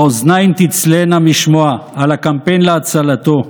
האוזניים תצילנה משמוע, על הקמפיין להצלתו.